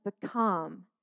become